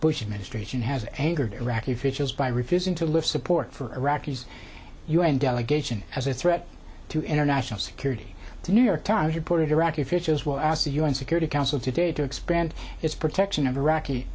bush administration has angered iraqi officials by refusing to live support for iraqi's u n delegation as a threat to international security the new york times reported iraqi officials will ask the u n security council today to expand its protection of iraqi